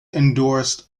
endorsed